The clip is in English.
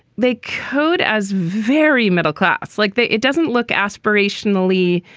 they code as very middle-class like they it doesn't look aspirationally.